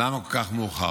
למה כל כך מאוחר.